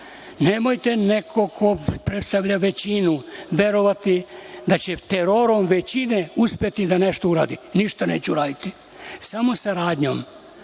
Nemojte neko ko predstavlja većinu verovati da će terorom većine uspeti da nešto uradi, ništa neće uraditi, već samo saradnjom.